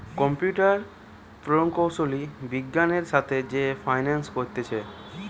computer প্রকৌশলী বিজ্ঞানের সাথে যে ফাইন্যান্স করতিছে